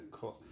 cut